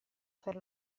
per